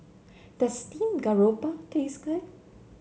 does Steamed Garoupa taste good